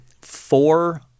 four